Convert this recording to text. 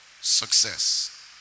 success